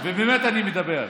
ובאמת אני מדבר.